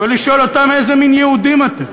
ולשאול אותם: איזה מין יהודים אתם?